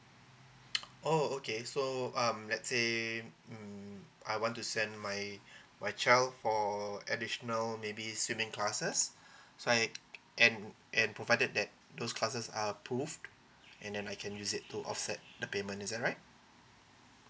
oh okay so um let's say mm I want to send my my child for for uh additional maybe swimming classes so I and and provided that those classes are approved and then I can use it to offset the payment is that right